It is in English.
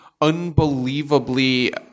unbelievably